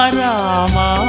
Rama